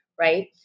Right